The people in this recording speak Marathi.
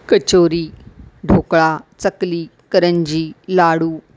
कचोरी ढोकळा चकली करंजी लाडू